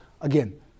Again